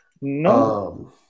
No